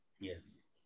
Yes